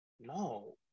no